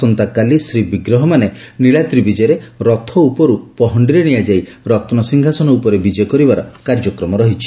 ଆସନ୍ତାକାଲି ଶ୍ରୀବିଗ୍ରହମାନେ ନୀଳାଦ୍ରି ବିଜେରେ ରଥ ଉପରୁ ପହ ରନ୍ସିଂହାସନ ଉପରେ ବିଜେ କରିବାର କାର୍ଯ୍ୟକ୍ମ ରହିଛି